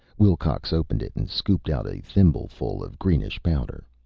wilcox opened it and scooped out a thimbleful of greenish powder.